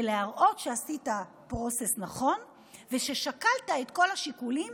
זה להראות שעשית process נכון וששקלת את כל השיקולים